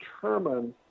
determine